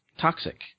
toxic